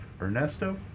Ernesto